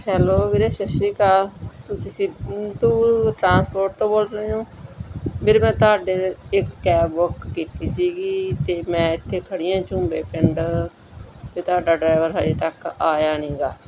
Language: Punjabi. ਹੈਲੋ ਵੀਰੇ ਸਤਿ ਸ਼੍ਰੀ ਅਕਾਲ ਤੁਸੀਂ ਸਿੰਧੂ ਟਰਾਂਸਪੋਰਟ ਤੋਂ ਬੋਲ ਰਹੇ ਹੋ ਵੀਰੇ ਮੈਂ ਤੁਹਾਡੀ ਇੱਕ ਕੈਬ ਬੁੱਕ ਕੀਤੀ ਸੀਗੀ ਅਤੇ ਮੈਂ ਇੱਥੇ ਖੜ੍ਹੀ ਹਾਂ ਝੂੰਬੇ ਪਿੰਡ ਅਤੇ ਤੁਹਾਡਾ ਡਰਾਈਵਰ ਹਾਲੇ ਤੱਕ ਆਇਆ ਨਹੀਂ ਹੈਗਾ